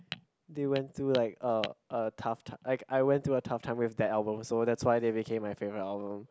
they went through like a a tough ti~ like I went through a tough time with their album so that's why they became my favourite album